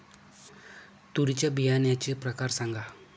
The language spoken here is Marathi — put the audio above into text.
तूरीच्या बियाण्याचे प्रकार सांगा